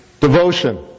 Devotion